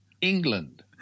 England